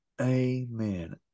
Amen